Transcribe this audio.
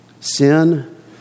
Sin